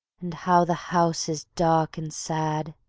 and how the house is dark and sad,